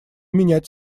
менять